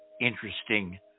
interesting